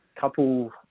couple